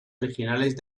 originales